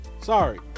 Sorry